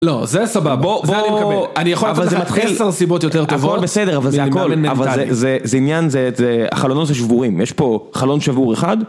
לא, זה סבבה, בוא, בוא, אני יכול לתת לך 15 סיבות יותר טובות, אבל בסדר, זה עניין, החלונות זה שבורים, יש פה חלון שבור אחד?